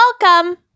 welcome